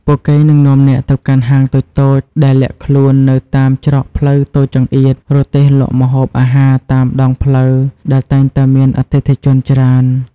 ពួកគេនឹងនាំអ្នកទៅកាន់ហាងតូចៗដែលលាក់ខ្លួននៅតាមច្រកផ្លូវតូចចង្អៀត រទេះលក់ម្ហូបអាហារតាមដងផ្លូវដែលតែងតែមានអតិថិជនច្រើន